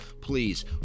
please